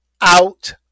out